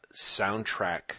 soundtrack